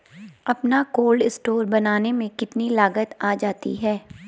अपना cold store बनाने में कितनी लागत आ जाती है?